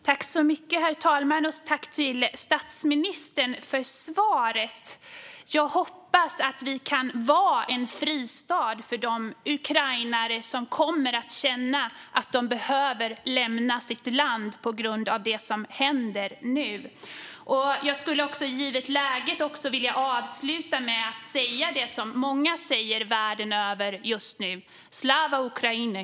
Herr talman! Jag tackar statsministern för svaret. Jag hoppas att vi kan vara en fristad för de ukrainare som kommer att känna att de behöver lämna sitt land på grund av det som händer nu. Jag skulle, givet läget, vilja avsluta med att säga det som många säger världen över just nu: Slava Ukraini!